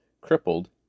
crippled